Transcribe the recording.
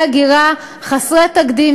שתי הכנסות האחרונות, עם שני שרי פנים שונים,